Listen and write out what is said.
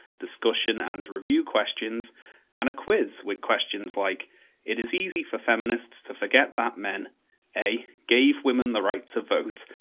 discussion and review questions and a quiz with questions, like it is easy for feminists to forget that men a. gave women the right to vote.